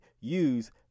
use